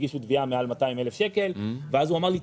הגישו תביעה מעל 200,000 שקלים ואז הוא אמר לי,